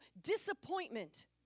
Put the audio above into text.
disappointment